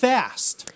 Fast